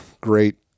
great